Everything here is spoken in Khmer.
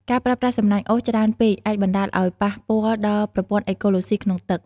ការប្រើប្រាស់សំណាញ់អូសច្រើនពេកអាចបណ្ដាលឲ្យប៉ះពាល់ដល់ប្រព័ន្ធអេកូឡូស៊ីក្នុងទឹក។